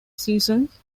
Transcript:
seasons